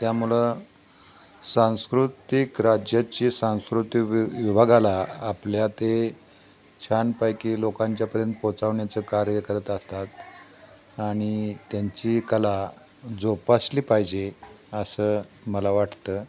त्यामुळं सांस्कृतिक राज्याची सांस्कृतिक वि विभागाला आपल्या ते छानपैकी लोकांच्यापर्यंत पोचवण्याचं कार्य करत असतात आणि त्यांची कला जोपासली पाहिजे असं मला वाटतं